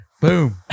Boom